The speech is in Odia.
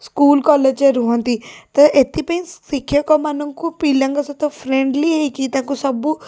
ସ୍କୁଲ୍ କଲେଜ୍ରେ ରୁହନ୍ତି ତ ଏଥିପାଇଁ ଶିକ୍ଷକମାନଙ୍କୁ ପିଲାଙ୍କ ସହିତ ଫ୍ରେଣ୍ଡ୍ଲି ହେଇକି ତାଙ୍କୁ ସବୁ